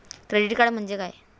Credit card म्हणजे काय?